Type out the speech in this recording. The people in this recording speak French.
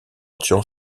tuant